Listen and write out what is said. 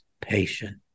patient